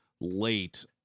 late